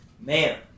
man